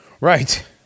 right